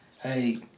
Hey